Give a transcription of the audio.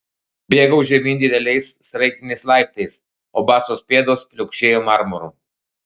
bėgau žemyn dideliais sraigtiniais laiptais o basos pėdos pliaukšėjo marmuru